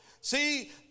See